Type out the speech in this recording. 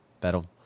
that'll